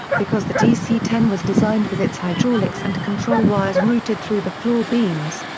because the dc ten was designed with its hydraulics and control wires routed through the floor beams,